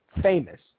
famous